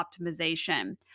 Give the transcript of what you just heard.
optimization